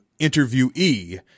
interviewee